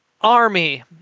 army